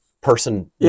person